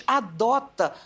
adota